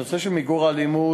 הנושא של מיגור האלימות,